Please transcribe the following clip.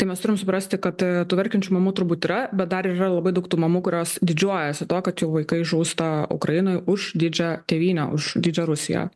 tai mes turim suprasti kad tų verkiančių mamų turbūt yra bet dar yra labai daug tų mamų kurios didžiuojasi tuo kad jų vaikai žūsta ukrainoj už didžiąją tėvynę už didžiąją rusiją